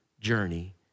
journey